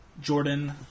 Jordan